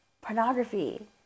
pornography